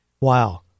Wow